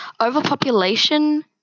overpopulation